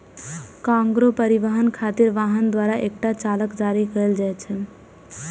cargo परिवहन खातिर वाहक द्वारा एकटा चालान जारी कैल जाइ छै